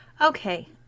Okay